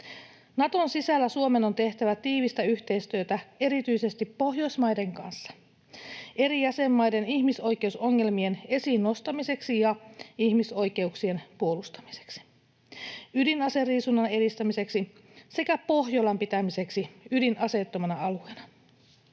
Naton sisällä Suomen on tehtävä tiivistä yhteistyötä erityisesti Pohjoismaiden kanssa eri jäsenmaiden ihmisoikeusongelmien esiin nostamiseksi ja ihmisoikeuksien puolustamiseksi, ydinaseriisunnan edistämiseksi sekä Pohjolan pitämiseksi ydinaseettomana alueena.